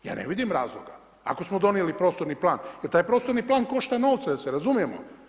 Ja ne vidim razloga ako smo donijeli prostorni plan jer taj prostorni plan košta novca da se razumijemo.